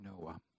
Noah